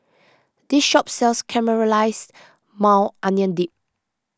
this shop sells Caramelized Maui Onion Dip